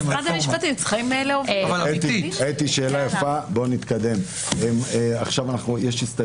תגיד את המילה, אל תתבייש, רפורמה רצינית.